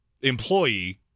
employee